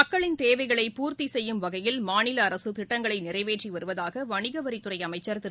மக்களின் தேவைகளை பூர்த்தி செய்யும் வகையில் மாநில அரசு திட்டங்களை நிறைவேற்றி வருவதாக வணிகவரித்துறை அமைச்சா் திரு